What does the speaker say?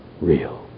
real